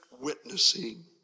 witnessing